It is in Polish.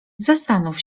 zastanów